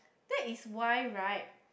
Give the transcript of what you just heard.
that is why right